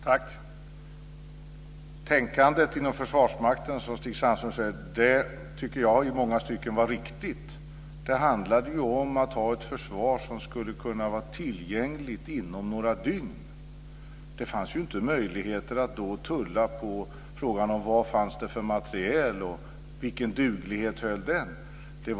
Fru talman! Tänkandet inom Försvarsmakten, som Stig Sandström frågar efter, tycker jag i många stycken var riktigt. Det handlade ju om att ha ett försvar som skulle kunna vara tillgängligt inom några dygn. Det fanns inte möjligheter att då tulla på frågan om vad det fanns för materiel och vilken duglighet den höll.